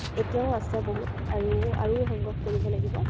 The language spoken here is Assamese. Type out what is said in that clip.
এতিয়াও আছে বহুত আৰু আৰু সংগ্ৰহ কৰিব লাগিব